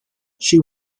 she